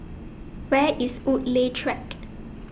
Where IS Woodleigh Track